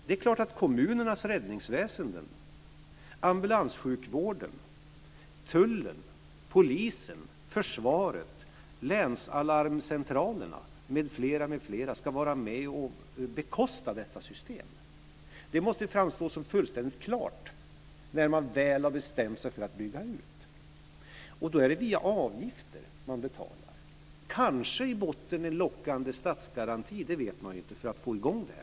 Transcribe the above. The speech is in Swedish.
Det är klart att kommunernas räddningsväsenden, ambulanssjukvården, tullen, polisen, försvaret, länsalarmcentralerna m.fl. ska vara med och bekosta detta system. Det måste framstå som fullständigt klart när man väl har bestämt sig för att bygga ut. Och då är det via avgifter man betalar. Kanske kan man i botten ha en lockande statsgaranti, det vet man ju inte, för att få i gång detta.